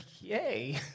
yay